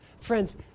Friends